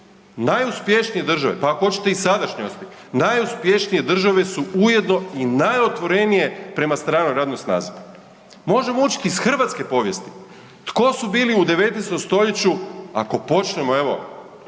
najuspješnije države, pa ako hoćete i sadašnjosti, najuspješnije države su ujedno i najotvorenije prema stranoj radnoj snazi. Možemo učiti iz hrvatske povijesti, tko su bili u 19. st., ako počnemo evo,